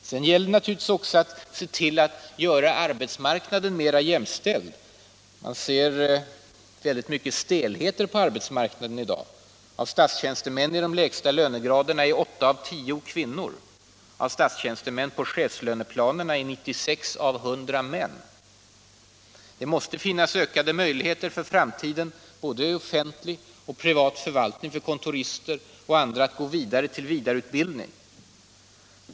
Sedan gäller det naturligtvis också att se till att det blir mera jämställdhet på arbetsmarknaden. Man ser väldigt mycket stelhet på arbetsmarknaden i dag. Av statstjänstemän i de lägsta lönegraderna är åtta av tio kvinnor. Av statstjänstemän på chefslöneplanerna är 96 av 100 män. Det måste för framtiden finnas ökade möjligheter, i både offentlig och privat förvaltning, för kontorister och andra grupper att fortsätta till vidareutbildning.